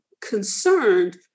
concerned